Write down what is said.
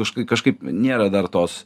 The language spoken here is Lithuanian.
kažkai kažkaip nėra dar tos